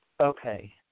Okay